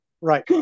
Right